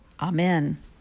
Amen